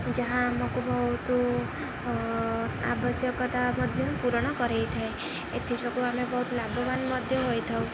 ଯାହା ଆମକୁ ବହୁତ ଆବଶ୍ୟକତା ମଧ୍ୟ ପୂରଣ କରେଇଥାଏ ଏଥିଯୋଗୁଁ ଆମେ ବହୁତ ଲାଭବାନ ମଧ୍ୟ ହୋଇଥାଉ